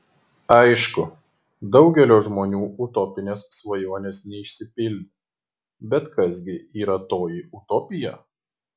aišku daugelio žmonių utopinės svajonės neišsipildė bet kas gi yra toji utopija